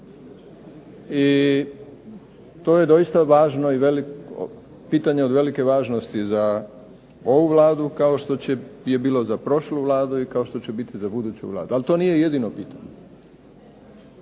I to je doista važno i pitanje od velike važnosti za ovu Vladu, kao što je bilo za prošlu Vladu i kao što će biti za buduću Vladu. Ali to nije jedino pitanje.